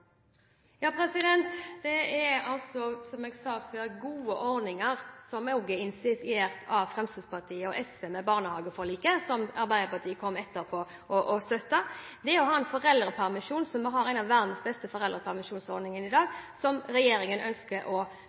Det er, som jeg sa før, gode ordninger, som også er initiert av Fremskrittspartiet og SV, med barnehageforliket, som Arbeiderpartiet kom etterpå og støttet. Vi har en av verdens beste foreldrepermisjonsordninger i dag, som regjeringen ønsker å beholde. Vi øker den valgfrie delen og reduserer ikke fellesdelen. Det er med på at